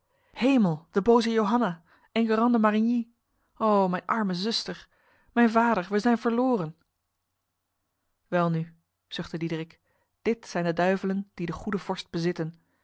hemel de boze johanna enguerrand de marigny ho mijn arme zuster mijn vader wij zijn verloren welnu zuchtte diederik dit zijn de duivelen die de goede vorst bezitten